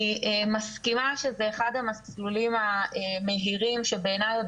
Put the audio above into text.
אני מסכימה שזה אחד המסלולים המהירים שבעיניי עוד